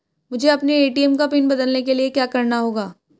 मुझे अपने ए.टी.एम का पिन बदलने के लिए क्या करना होगा?